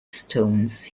stones